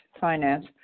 finance